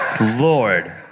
Lord